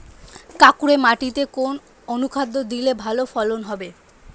কাঁকুরে মাটিতে কোন অনুখাদ্য দিলে ভালো ফলন হবে?